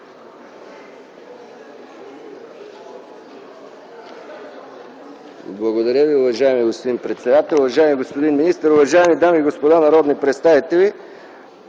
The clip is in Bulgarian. Благодаря Ви, уважаеми господин председател. Уважаеми господин министър, уважаеми дами и господа народни представители!